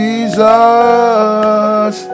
Jesus